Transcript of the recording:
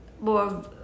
more